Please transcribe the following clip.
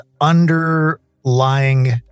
underlying